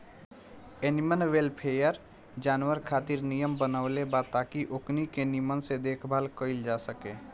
animal welfare, जानवर खातिर नियम बनवले बा ताकि ओकनी के निमन से देखभाल कईल जा सके